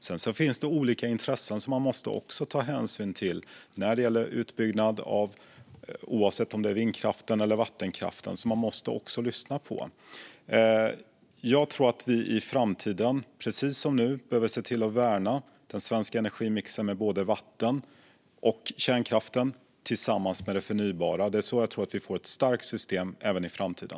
Sedan finns det olika intressen som man måste ta hänsyn till och lyssna på när det gäller utbyggnad, oavsett om det är av vindkraft eller vattenkraft. Jag tror att vi i framtiden, precis som nu, behöver värna den svenska energimixen med både vatten och kärnkraften tillsammans med det förnybara. Det är så jag tror att vi får ett starkt system även i framtiden.